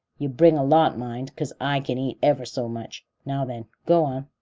you bring a lot, mind, cause i can eat ever so much. now then, go on.